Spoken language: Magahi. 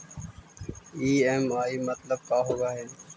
ई.एम.आई मतलब का होब हइ?